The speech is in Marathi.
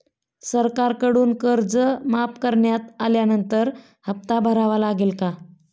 सरकारकडून कर्ज माफ करण्यात आल्यानंतर हप्ता भरावा लागेल का?